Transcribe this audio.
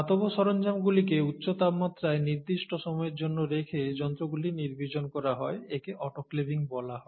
ধাতব সরঞ্জামগুলিকে উচ্চ তাপমাত্রায় নির্দিষ্ট সময়ের জন্য রেখে যন্ত্রগুলি নির্বীজন করা হয় একে অটোক্লেভিং বলা হয়